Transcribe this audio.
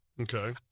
Okay